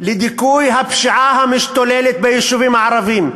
לדיכוי הפשיעה המשתוללת ביישובים הערביים.